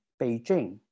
Beijing